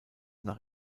nach